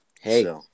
Hey